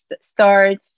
start